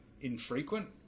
infrequent